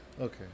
Okay